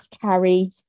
carry